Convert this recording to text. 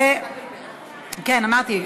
כן, אמרתי.